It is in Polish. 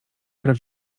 praw